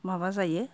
माबा जायो